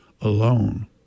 alone